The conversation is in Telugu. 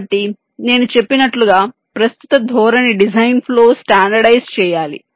కాబట్టి నేను చెప్పినట్లుగా ప్రస్తుత ధోరణి డిజైన్ ఫ్లో స్టాండర్డైజ్ చేయాలి